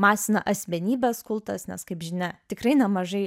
masina asmenybės kultas nes kaip žinia tikrai nemažai